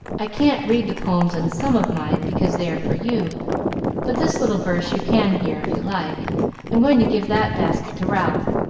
i can't read the poems in some of mine, because they are for you but this little verse you can hear, if you like i'm going to give that basket to ralph.